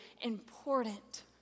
important